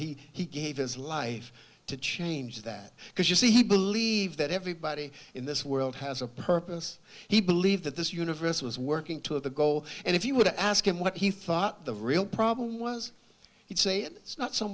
he he gave his life to change that because you see he believe that everybody in this world has a purpose he believes that this universe was working to it the goal and if you would ask him what he thought the real problem was he'd say it's not so